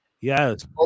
yes